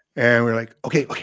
and we're, like, ok, ok.